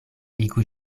igu